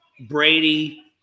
Brady